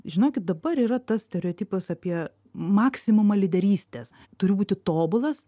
žinokit dabar yra tas stereotipas apie maksimumą lyderystės turiu būti tobulas